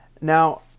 Now